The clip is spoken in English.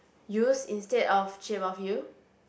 use instead of shape of you